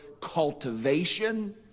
cultivation